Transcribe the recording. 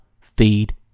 feed